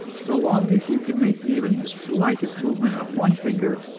so long as you can make even the slightest movement of one finger,